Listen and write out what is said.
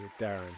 Darren